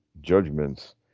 judgments